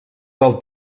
del